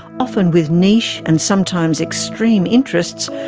often with niche and sometimes extreme interests,